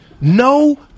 No